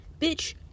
Bitch